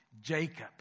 Jacob